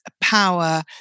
power